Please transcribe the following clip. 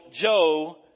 Joe